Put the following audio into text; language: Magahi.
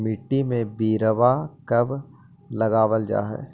मिट्टी में बिरवा कब लगावल जा हई?